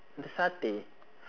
the satay